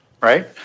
right